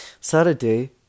Saturday